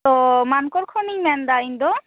ᱛᱚ ᱢᱟᱱᱠᱚᱨ ᱠᱷᱚᱱᱤᱧ ᱢᱮᱱᱫᱟ ᱤᱧ ᱫᱚ